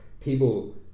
people